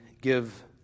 give